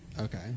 Okay